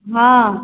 हॅं